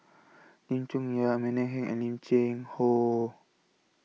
Lim Chong Yah Amanda Heng and Lim Cheng Hoe